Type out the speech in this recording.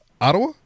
ottawa